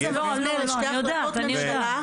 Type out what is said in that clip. החוק הזה מפנה לשתי החלטות ממשלה,